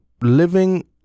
living